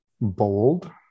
bold